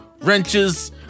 wrenches